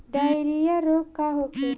Diarrhoea रोग का होखे?